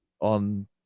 on